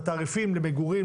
בתעריפים למגורים,